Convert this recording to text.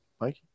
Mike